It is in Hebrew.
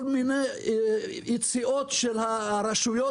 כל מיני יציאות של הרשויות,